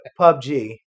PUBG